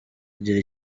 agira